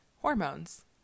hormones